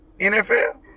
NFL